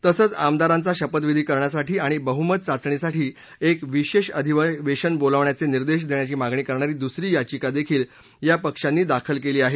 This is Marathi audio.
तसंच आमदारांचा शपथविधी करण्यासाठी आणि बहुमत चाचणीसाठी एक विशेष अधिवेशन बोलावण्याचे निर्देश देण्याची मागणी करणारी दुसरी याचिका देखील या पक्षांनी दाखल केली आहे